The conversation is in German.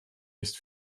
ist